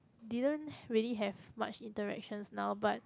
didn't really have much interactions now but